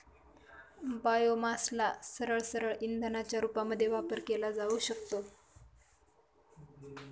बायोमासला सरळसरळ इंधनाच्या रूपामध्ये वापर केला जाऊ शकतो